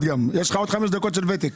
יש לך עוד חמש דקות של ותק.